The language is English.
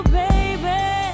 baby